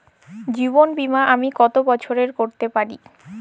জীবন বীমা আমি কতো বছরের করতে পারি?